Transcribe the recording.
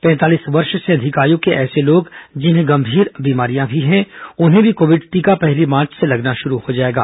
पैंतालीस वर्ष से अधिक आयु के ऐसे लोग जिन्हें अन्य गंभीर बीमारियां भी हैं उन्हें भी कोविड टीका पहली मार्च से लगना शुरू हो जायेगा